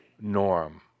norm